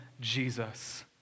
Jesus